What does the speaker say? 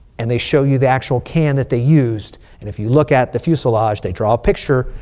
and they show you the actual can that they used. and if you look at the fuselage, they draw a picture.